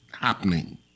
happening